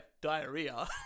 diarrhea